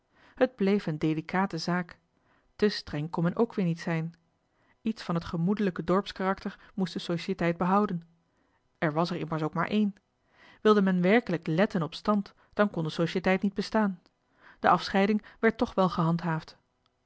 een delicate zaak te streng kon men ook weer niet zijn iets van het gemoedelijk dorps karakter moest de societeit johan de meester de zonde in het deftige dorp behouden er was er immers ook maar één wilde men wèrkelijk lètten op stand dan kon de societeit niet bestaan de afscheiding werd toch ook wel gehandhaafd